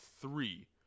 three